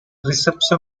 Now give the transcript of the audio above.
reception